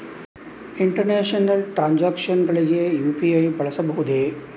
International transactions ಗಳಿಗೆ UPI ಬಳಸಬಹುದೇ?